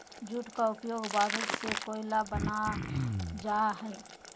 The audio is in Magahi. जूट का उपयोग बारूद से कोयला बनाल जा हइ